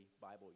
Bible